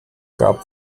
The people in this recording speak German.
gab